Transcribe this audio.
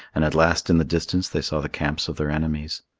and at last in the distance they saw the camps of their enemies.